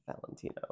valentino